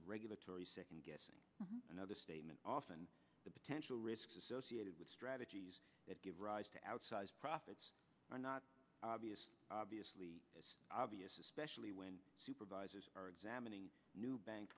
of regulatory second guessing another statement often the potential risks associated with strategies that give rise to outsized profits are not obvious obviously obvious especially when supervisors are examining new bank